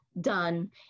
done